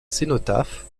cénotaphe